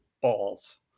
balls